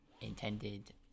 intended